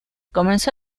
comenzó